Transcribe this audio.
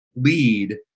lead